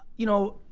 you know